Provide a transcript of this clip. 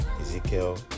Ezekiel